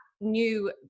new